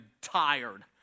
tired